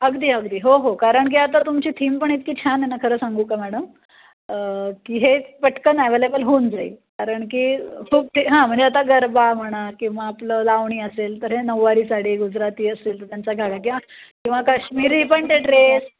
अगदी अगदी हो हो कारण की आता तुमची थीम पण इतकी छान आहे ना खरं सांगू का मॅडम की हे पटकन ॲवेलेबल होऊन जाईल कारण की खूप हां म्हणजे आता गरबा म्हणा किंवा आपलं लावणी असेल तर हे नऊवारी साडी गुजराती असेल तर त्यांच्या किंवा कश्मीरी पण ते ड्रेस